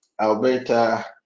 Alberta